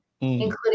including